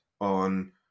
on